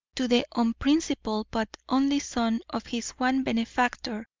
to the unprincipled but only son of his one benefactor,